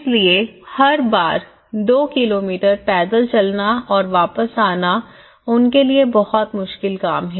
इसलिए हर बार दो किलोमीटर पैदल चलना और वापस आना उनके लिए बहुत मुश्किल काम है